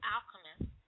Alchemist